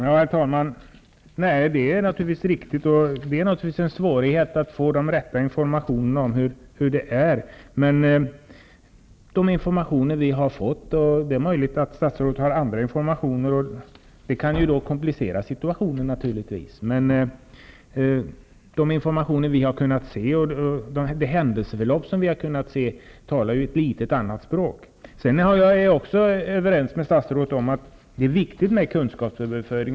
Herr talman! Det är naturligtvis riktigt. Det är en svårighet att få de rätta informationerna om hur det är. Det är möjligt att statsrådet har fått andra informationer, och det kan komplicera situationen. Men det händelseför lopp vi har kunnat se talar ett annat språk. Jag är överens med statsrådet om att det är viktigt med kunskapsöverföring.